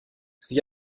sie